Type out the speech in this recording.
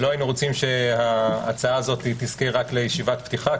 לא היינו רוצים שההצעה הזאת תזכה רק לישיבת פתיחה.